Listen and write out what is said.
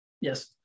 Yes